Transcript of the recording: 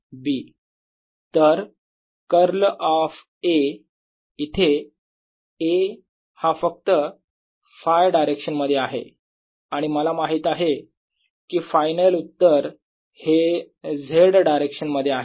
तर curl of A येथे A हा फक्त Φ डायरेक्शन मध्ये आहे आणि मला माहित आहे की फायनल उत्तर हे z डायरेक्शन मध्ये आहे